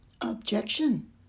Objection